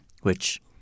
which-